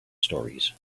stories